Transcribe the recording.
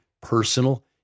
personal